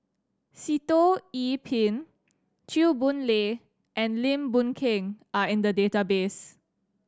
Sitoh Yih Pin Chew Boon Lay and Lim Boon Keng are in the database